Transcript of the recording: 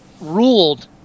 Ruled